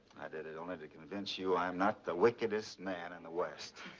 i did it only to convince you i'm not the wickedest man in the west.